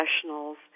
professionals